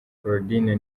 claudine